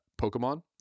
Pokemon